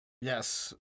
Yes